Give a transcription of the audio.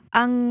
ang